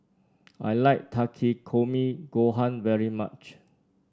I like Takikomi Gohan very much